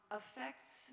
affects